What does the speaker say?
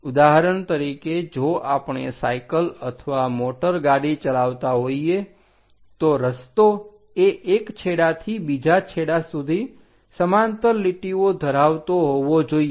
ઉદાહરણ તરીકે જો આપણે સાયકલ અથવા મોટરગાડી ચલાવતા હોઈએ તો રસ્તો એ એક છેડાથી બીજા છેડા સુધી સમાંતર લીટીઓ ધરાવતો હોવો જોઈએ